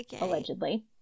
allegedly